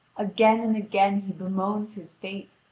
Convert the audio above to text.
again and again he bemoans his fate,